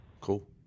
Cool